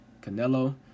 Canelo